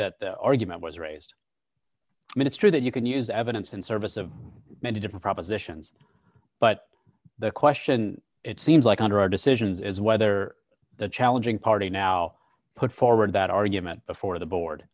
that their argument was raised i mean it's true that you can use evidence in service of many different propositions but the question it seems like under our decisions is whether the challenging party now put forward that argument before the board